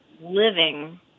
living